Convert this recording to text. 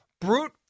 brute